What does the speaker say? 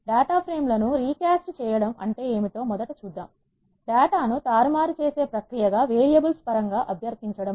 date frame లను recast చేయడం అంటే ఏమిటో మొదట చూద్దాం డేటాను తారుమారు చేసే ప్రక్రియ గా వేరియబుల్స్ పరంగా అభ్యర్థించడం